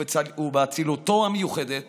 ובאצילותו המיוחדת